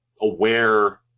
aware